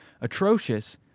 atrocious